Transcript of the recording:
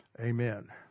Amen